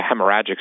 hemorrhagic